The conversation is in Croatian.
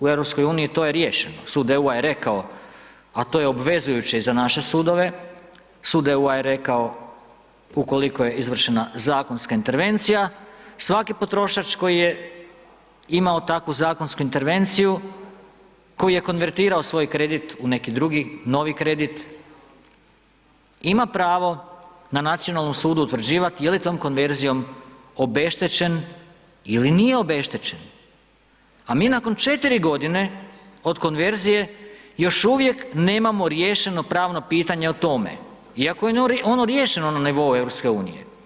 U Europskoj uniji to je riješeno, Sud EU-a je rekao, a to je obvezujuće i za naše sudove, Sud EU-a je rekao ukoliko je izvršena zakonska intervencija, svaki potrošač koji je imao takvu zakonsku intervenciju, koji je konvertirao svoj kredit u neki drugi, novi kredit, ima pravo na Nacionalnom sudu utvrđivat je li tom konverzijom obeštećen ili nije obeštećen, a mi nakon 4 godine od konverzije još uvijek nemamo riješeno pravno pitanje o tome, iako je ono riješeno na nivou Europske unije.